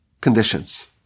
conditions